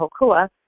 Hokua